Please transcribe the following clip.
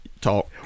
talk